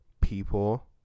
people